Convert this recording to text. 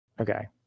Okay